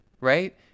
right